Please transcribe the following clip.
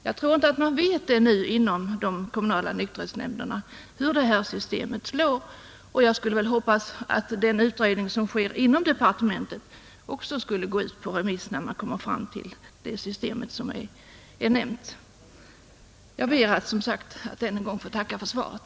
Jag tror inte att man inom de kommunala nykterhetsnämnderna ännu vet hur systemet kommer att slå, och jag hoppas att den utredning som görs inom departementet också går ut på remiss när man kommer fram till det system som nämndes. Jag ber än en gång att få tacka för svaret.